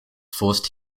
forced